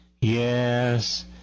yes